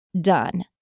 done